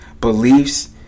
beliefs